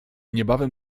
niebawem